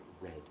red